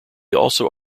also